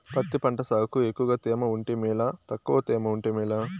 పత్తి పంట సాగుకు ఎక్కువగా తేమ ఉంటే మేలా తక్కువ తేమ ఉంటే మేలా?